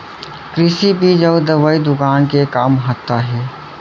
कृषि बीज अउ दवई दुकान के का महत्ता हे?